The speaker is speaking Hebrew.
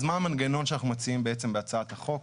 אז מה המנגנון שאנחנו מציעים בעצם בהצעת החוק?